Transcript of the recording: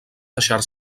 deixar